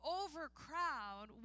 overcrowd